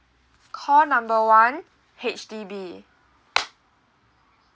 call number one H_D_B